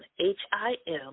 H-I-M